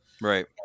Right